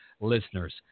listeners